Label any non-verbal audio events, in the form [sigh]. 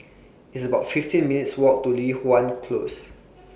It's about fifteen minutes' Walk to Li Hwan [noise] Close